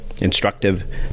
instructive